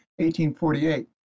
1848